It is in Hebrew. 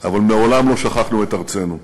אבל מעולם לא שכחנו את ארצנו.